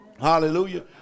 Hallelujah